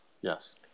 yes